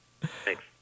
thanks